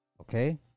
Okay